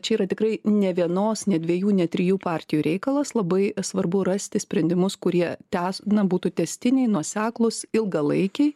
čia yra tikrai ne vienos ne dviejų ne trijų partijų reikalas labai svarbu rasti sprendimus kurie tęs na būtų tęstiniai nuoseklūs ilgalaikiai